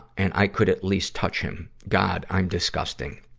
and i could at least touch him. god, i'm disgusting.